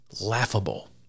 laughable